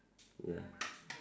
ya